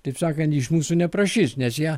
taip sakant iš mūsų neprašys nes jie